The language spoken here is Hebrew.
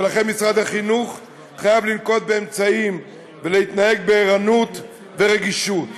ולכן משרד החינוך חייב לנקוט אמצעים ולהתנהג בערנות ורגישות.